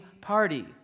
party